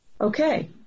Okay